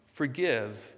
Forgive